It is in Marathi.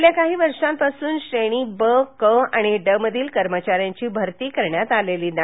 गेल्या काही वर्षांपासून श्रेणी बक आणि ड मधील कर्मचार्यांची भरती केलेली नाही